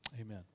Amen